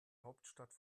hauptstadt